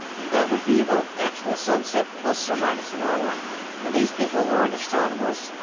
that would be about actual sunset plus or minus an hour these people aren't astronomers,